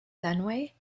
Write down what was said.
fenway